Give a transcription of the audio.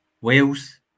Wales